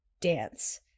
dance